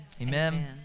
Amen